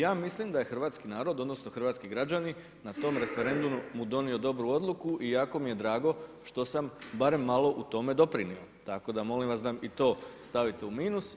Ja mislim da je hrvatski narod odnosno hrvatski građani natom referendumu donio dobru odluku i jako mi je drago što sam barem malo u time doprinio, tako da molim vas da i to stavite u minus.